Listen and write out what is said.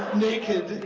naked,